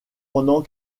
pendant